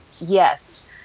yes